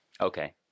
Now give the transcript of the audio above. Okay